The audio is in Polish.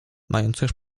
mających